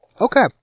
Okay